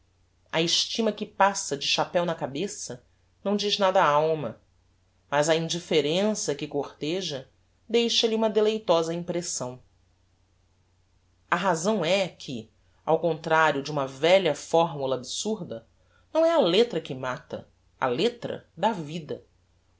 a estima que passa de chapeu na cabeça não diz nada á alma mas a indifferença que corteja deixa lhe uma deleitosa